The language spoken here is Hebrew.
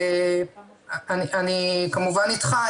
אני כמובן אתך.